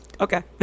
Okay